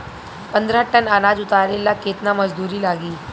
पन्द्रह टन अनाज उतारे ला केतना मजदूर लागी?